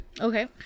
Okay